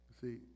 See